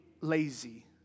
lazy